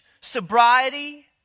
sobriety